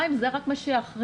חיים, זה רק מה שיכריע?